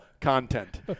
content